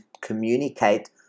communicate